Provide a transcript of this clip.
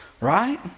right